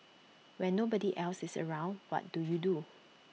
when nobody else is around what do you do